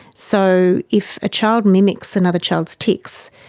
so if a child mimics another child's tics,